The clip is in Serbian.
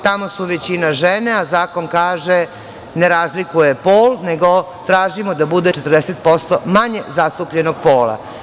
Tamo su većina žene, a zakon kaže – ne razlikuje pol, nego tražimo da bude 40% manje zastupljenog pola.